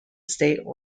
state